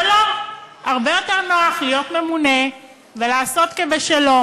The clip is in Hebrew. אבל לא, הרבה יותר נוח להיות ממונה ולעשות כבשלו